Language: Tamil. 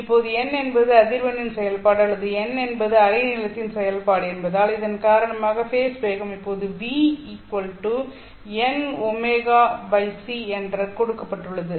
இப்போது n என்பது அதிர்வெண்ணின் செயல்பாடு அல்லது n என்பது அலை நீளத்தின் செயல்பாடு என்பதால் இதன் காரணமாக ஃபேஸ் வேகம் இப்போது v phnωc என்று கொடுக்கப்பட்டுள்ளது